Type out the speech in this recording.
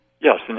Yes